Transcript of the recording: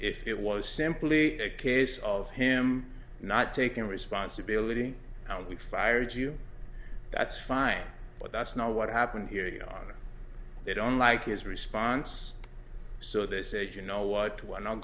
if it was simply a case of him not taking responsibility and we fired you that's fine but that's not what happened here you know and they don't like his response so this age you know what